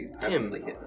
Tim